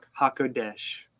hakodesh